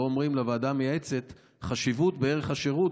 לא אומרים לוועדה המייעצת שיש חשיבות בערך השירות